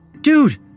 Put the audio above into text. Dude